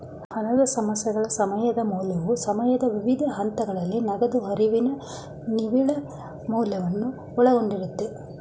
ಹಣದ ಸಮಸ್ಯೆಗಳ ಸಮಯದ ಮೌಲ್ಯವು ಸಮಯದ ವಿವಿಧ ಹಂತಗಳಲ್ಲಿ ನಗದು ಹರಿವಿನ ನಿವ್ವಳ ಮೌಲ್ಯವನ್ನು ಒಳಗೊಂಡಿರುತ್ತೆ